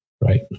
right